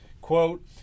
Quote